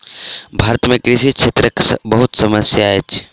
भारत में कृषि क्षेत्रक बहुत समस्या अछि